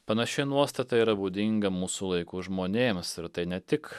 panaši nuostata yra būdinga mūsų laikų žmonėms ir tai ne tik